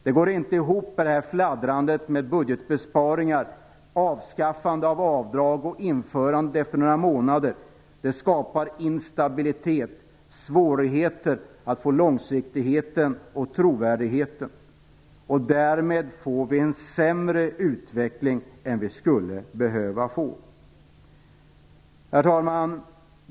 Det går inte ihop med det här fladdrandet med budgetbesparingar, att avdrag avskaffas och sedan återinförs om några månader. Det skapar instabilitet, svårigheter att uppnå långsiktighet och trovärdighet. Därmed får vi en sämre utveckling än vad som skulle vara nödvändigt. Herr talman!